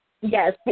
yes